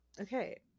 Okay